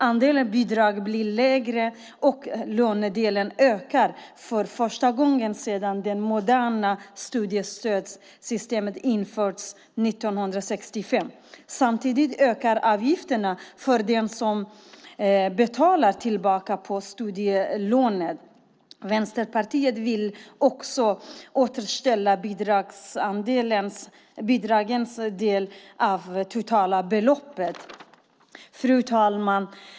Andelen bidrag blir mindre, och lånedelen ökar för första gången sedan det moderna studiestödssystemet infördes 1965. Samtidigt ökar avgifterna för dem som betalar tillbaka på studielånet. Vänsterpartiet vill också återställa bidragsdelens andel av det totala beloppet. Fru talman!